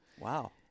Wow